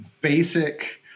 basic